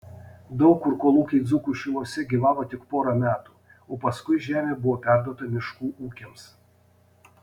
daug kur kolūkiai dzūkų šiluose gyvavo tik porą metų o paskui žemė buvo perduota miškų ūkiams